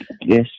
Yes